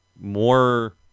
more